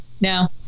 now